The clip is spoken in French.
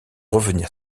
revenir